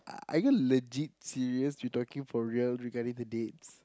are you legit serious you talking for real regarding the dates